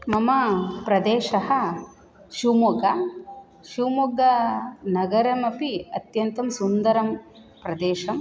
मम प्रदेशः शिव्मोग्गा शिव्मोग्गानगरमपि अत्यन्तं सुन्दरं प्रदेशं